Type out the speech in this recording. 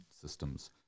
systems